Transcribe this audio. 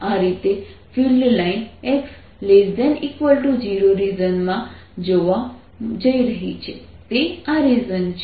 આ રીતે field line x ≤ 0 રિજનમાં જોવા જઈ રહી છે તે આ રિજન છે